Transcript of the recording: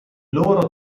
loro